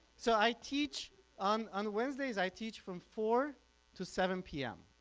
so i teach on and wednesdays. i teach from four to seven pm,